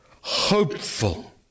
Hopeful